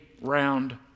round